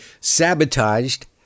sabotaged